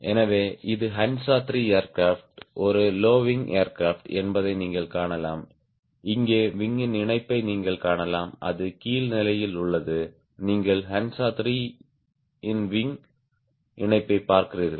எனவே இது ஹன்சா 3 ஏர்கிராப்ட் ஒரு லோ விங் ஏர்கிராப்ட் என்பதை நீங்கள் காணலாம் இங்கே விங்யின் இணைப்பை நீங்கள் காணலாம் அது கீழ் நிலையில் உள்ளது நீங்கள் ஹன்சா 3 இன் விங் இணைப்பைப் பார்க்கிறீர்கள்